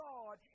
God